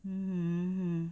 mmhmm mmhmm